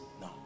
no